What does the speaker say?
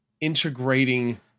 integrating